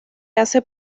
hace